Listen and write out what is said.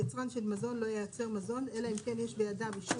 יצרן של מזון לא ייצר מזון אלא אם כן יש בידיו אישור